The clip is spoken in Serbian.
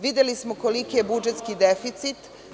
Videli smo koliki je budžetski deficit.